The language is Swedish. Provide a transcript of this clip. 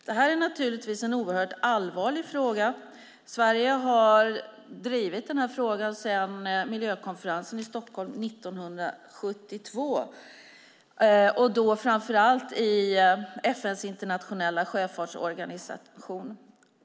Det här är naturligtvis en oerhört allvarlig fråga. Sverige har drivit den sedan miljökonferensen i Stockholm 1972, framför allt i FN:s internationella sjöfartsorganisation.